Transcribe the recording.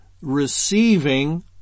receiving